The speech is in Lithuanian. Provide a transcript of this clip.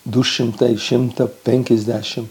du šimtai šimtą penkiasdešimt